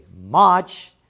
March